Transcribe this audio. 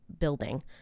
building